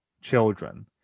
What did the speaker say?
children